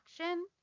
action